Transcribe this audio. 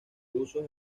usos